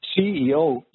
CEO